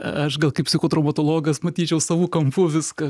aš gal kaip psichotraumatologas matyčiau savu kampu viską